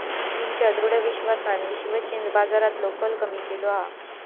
चीनच्या दृढ विश्वासान विश्व जींस बाजारातलो कल कमी केलो हा